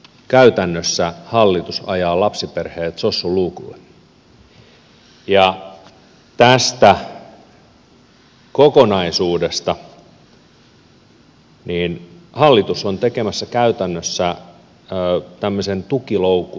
käytännössä hallitus ajaa lapsiperheet sossun luukulle ja tästä kokonaisuudesta hallitus on tekemässä käytännössä tämmöisen tukiloukun lapsiperheille